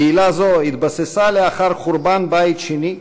קהילה זו התבססה לאחר חורבן בית שני,